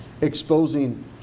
exposing